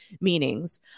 meanings